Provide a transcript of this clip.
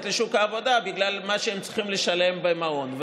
לשוק העבודה בגלל מה שהן צריכות לשלם במעון.